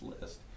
list